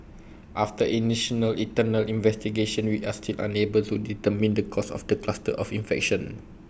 after know internal investigation we are still unable to determine the cause of the cluster of infection